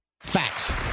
Facts